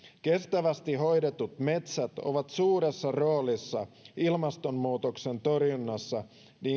kestävästi hoidetut metsät ovat suuressa roolissa ilmastonmuutoksen torjunnassa